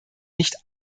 nicht